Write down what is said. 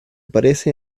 parece